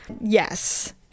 yes